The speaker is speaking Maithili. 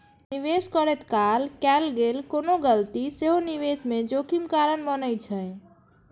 निवेश करैत काल कैल गेल कोनो गलती सेहो निवेश मे जोखिम कारण बनै छै